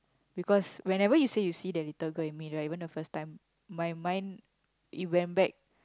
because whenever you say you see the little girl in me right even the first time my mind it went back